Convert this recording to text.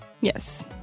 Yes